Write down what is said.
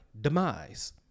demise